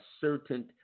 certain